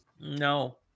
No